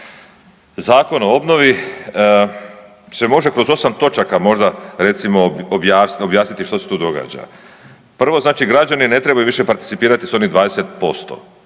Zakon o obnovi se može kroz 8 točaka možda recimo objasniti što se tu događa. Prvo znači građani više ne trebaju participirati s onih 20%.